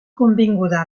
convinguda